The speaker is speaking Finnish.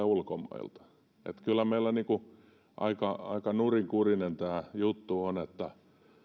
ulkomailta kyllä meillä aika aika nurinkurinen tämä juttu on